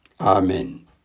Amen